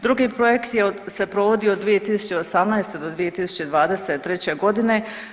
Drugi projekt se provodi od 2018. do 2023. godine.